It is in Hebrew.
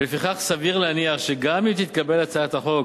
ולפיכך סביר להניח שגם אם תתקבל הצעת החוק,